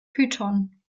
python